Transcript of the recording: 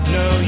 no